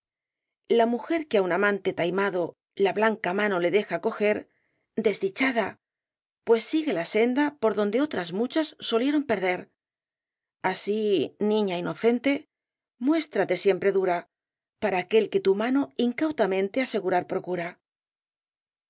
la mujer q u e á un amante taimado l a blanca m a n o le deja coger desdichada p u e s s i g u e la s e n d a por donde otras muchas solieron perder así niña i n o c e n t e muéstrate siempre dura para aquel que tu mano incautamente asegurar procura